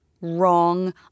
wrong